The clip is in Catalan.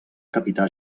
capità